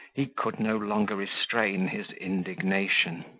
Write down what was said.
he could no longer restrain his indignation.